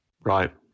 Right